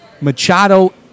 Machado